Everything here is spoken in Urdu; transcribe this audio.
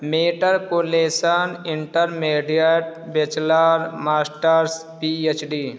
metro پولیٹن intermediate bachelor masters P H D